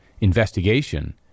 investigation